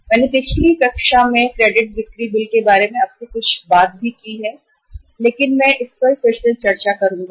मैंने पिछली कक्षा में क्रेडिट बिक्री बिल के बारे में आपसे कुछ बात की है लेकिन मैं इस पर फिर से चर्चा करूंगा